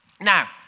Now